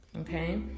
okay